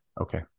okay